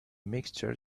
mixture